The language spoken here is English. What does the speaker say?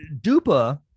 dupa